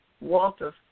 Walter